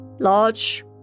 large